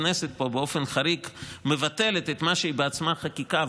הכנסת מבטלת באופן חריג את מה שהיא בעצמה חוקקה,